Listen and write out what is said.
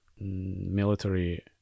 military